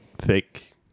fake